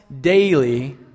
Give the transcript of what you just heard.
daily